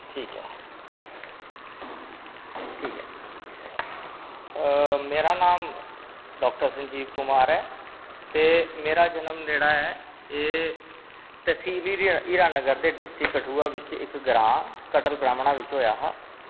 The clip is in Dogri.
ठीक ऐ मेरा नाम डाक्टर संजीब कुमार ऐ ते मेरा जन्म जेह्ड़ा ऐ एतसील हीरामगर ते डिस्टिक कठुआ दे इक ग्रांऽ कटर ब्रह्मणा बिच्च होया हा